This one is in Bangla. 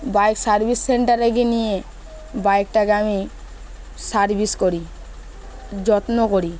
বাইক সার্ভিস সেন্টারে গিয়ে নিয়ে বাইকটাকে আমি সার্ভিস করি যত্ন করি